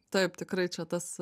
taip tikrai čia tas